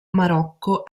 marocco